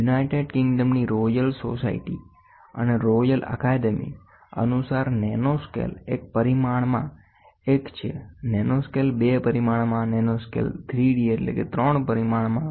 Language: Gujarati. યુનાઈટેડ કિંગડમ ની રોયલ સોસાયટી અને રોયલ એકેડેમી અનુસારનેનોસ્કેલ એક પરિમાણમાં એક છેનેનોસ્કેલ બે પરિમાણમાં નેનોસ્કેલ ત્રણ પરિમાણમાં